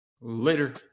Later